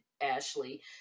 Ashley